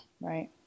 Right